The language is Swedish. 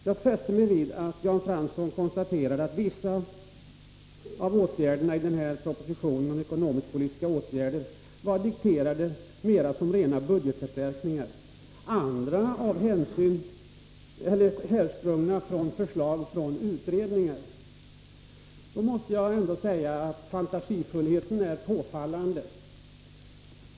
Jag fäste mig vid att Jan Fransson konstaterade att vissa av åtgärderna i propositionen om ekonomisk-politiska åtgärder var dikterade mera som rena budgetförstärkningar, framsprungna ur förslag från utredningar. Till det vill jag säga att fantasifullheten är påfallande.